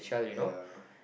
ya